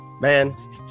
Man